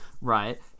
right